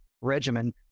regimen